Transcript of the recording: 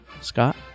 Scott